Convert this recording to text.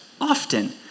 often